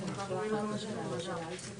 מבחינתי, אנחנו מבצעים את זה.